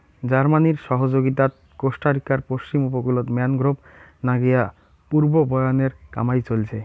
জার্মানির সহযগীতাত কোস্টারিকার পশ্চিম উপকূলত ম্যানগ্রোভ নাগেয়া পুনর্বনায়নের কামাই চইলছে